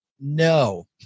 No